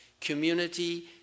community